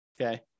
okay